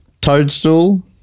toadstool